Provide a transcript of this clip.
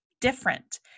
different